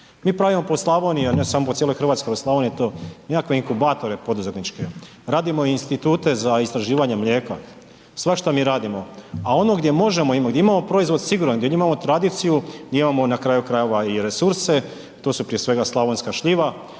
Mi pravimo po Slavoniji, a ne samo po cijeloj Hrvatskoj već u Slavoniji to nekakve inkubatore poduzetničke, radimo institute za istraživanje mlijeka, svašta mi radimo, a ono gdje možemo, gdje imamo proizvod siguran, gdje imamo tradiciju, gdje imamo na kraju krajeva i resurse, tu su prije svega slavonska šljiva